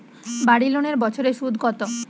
বাড়ি লোনের বছরে সুদ কত?